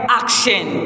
action